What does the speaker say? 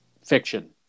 fiction